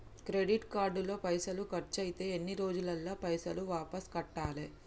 Credit card లో పైసల్ ఖర్చయితే ఎన్ని రోజులల్ల పైసల్ వాపస్ కట్టాలే?